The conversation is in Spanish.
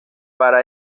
para